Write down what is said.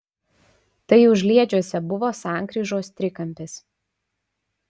tai užliedžiuose buvo sankryžos trikampis